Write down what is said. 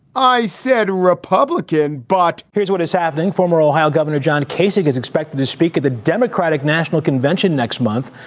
i said republican but here's what is happening. former ohio governor john casey is expected to speak at the democratic national convention next month.